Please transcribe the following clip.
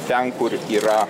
ten kur yra